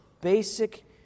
Basic